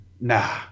nah